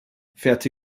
verehrte